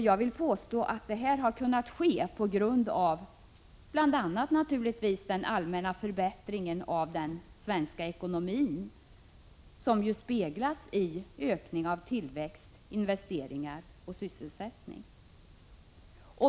Jag vill påstå att detta kunnat ske bl.a. på grund av den allmänna förbättringen av den svenska ekonomin, som speglas i ökning av tillväxt, investeringar och sysselsättning.